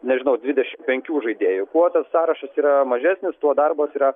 nežinau dvidešim penkių žaidėjų kuo tas sąrašas yra mažesnis tuo darbas yra